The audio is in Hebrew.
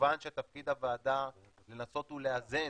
כמובן שתפקיד הוועדה לנסות ולאזן